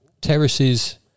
terraces